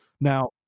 Now